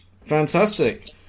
Fantastic